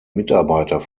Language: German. mitarbeiter